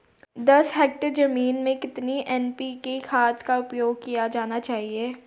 दस हेक्टेयर जमीन में कितनी एन.पी.के खाद का उपयोग किया जाना चाहिए?